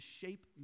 shape